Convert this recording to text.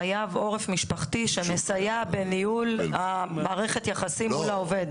חייב עורף משפחתי שמסייע בניהול מערכת היחסים מול העובד.